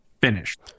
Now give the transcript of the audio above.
finished